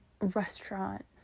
restaurant